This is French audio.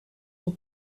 une